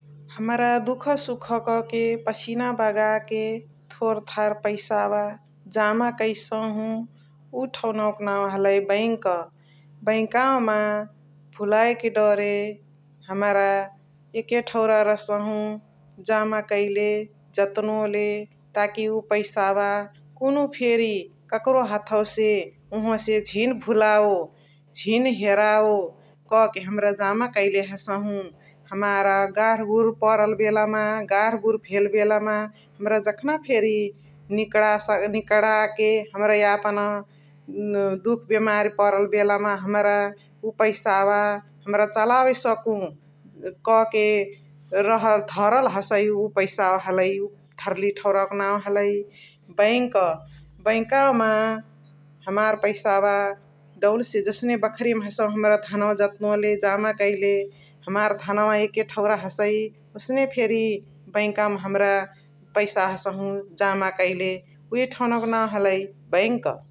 हमरा दुखसुख क के पसिना बगाके थोथार पैसावा जामा कैसहु उव ठउनावा क नाउ हलइ बैन्क । बैन्कावा मा भुलइके दरे हमरा एक ठउरा रह्सहु जामा कैले जतनोले ताकी उव पैसाअवा कुनुहु फेरी ककरो हाथसे उहुवासे झिन भुलावो, झिन हेराओ क के हाम्राअ जामा कैले हसहु हमार गर्ह गुर परल बेला मा गर्ह गुर भेल मा हमरा जखाने फेरी निकणाके हमरा यापन दुख बिमारी परल बेला मा हमराम उव पैसाअवा हमरा चलावे सकु क के रहल धरल हसइ उव पैसाअवा हलइ धरी ठउरावा क नाउ हलइ बैन्क । बैन्कावा मा हमार पैसाअवा दौल से जसने बखरिया मा हसहु हमरा धनवा जत्नोले जामा कैले हमार धनवा एक ठउरा हसइ । ओसने फेरी बैन्कावा मा हमार पैसाअ हसहु जामा कैले उहे ठउनाउक नाउ हलइ बैन्क ।